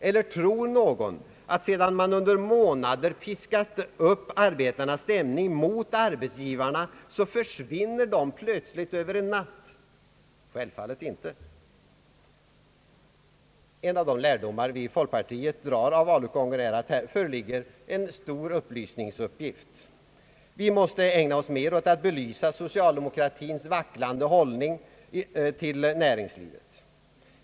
Eller tror någon att sedan man under månader piskat upp arbetarnas stämning mot arbetsgivarna så försvinner motsättningarna = plötsligt över en natt? Självfallet inte. En av de lärdomar vi i folkpartiet drar av valutgången är att här föreligger en stor upplysningsuppgift. Vi måste ägna oss mer åt att belysa socialdemokratins vacklande hållning till näringslivet.